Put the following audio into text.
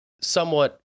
somewhat